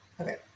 Okay